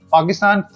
Pakistan